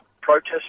protest